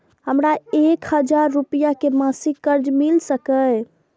हमरा एक हजार रुपया के मासिक कर्ज मिल सकिय?